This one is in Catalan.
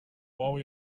bou